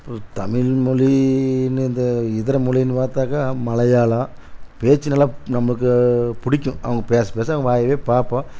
இப்போ தமிழ் மொழின்னு இந்த இதர மொழின்னு பார்த்தாக்கா மலையாளம் பேச்சு நல்லா நமக்கு பிடிக்கும் அவங்க பேச பேச அவங்க வாயவே பார்ப்போம்